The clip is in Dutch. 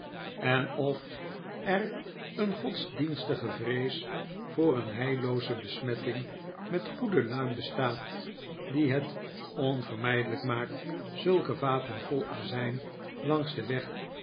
en of er een godsdienstige vrees voor een heillooze besmetting met goede luim bestaat die het on vermijdelijk maakt zulke vaten vol azijn langs den weg